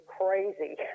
crazy